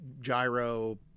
Gyro